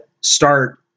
start